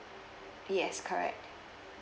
yes correct